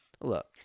look